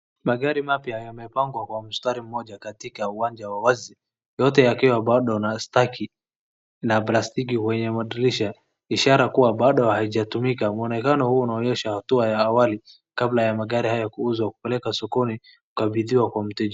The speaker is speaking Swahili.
Magari mapya yamepangwa kwa mstari mmoja katika uwanja wa wazi. Yote yakiwa bado na staki na plastiki kwenye madirisha ishara kuwa bado haijatumika. Mwonekano huo unaonyesha hatua ya awali kabla ya magari hayo kuuzwa kupeleka sokoni kukabidhiwa mteja.